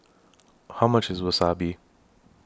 How much IS Wasabi